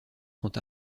sont